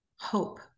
hope